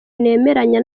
nemeranya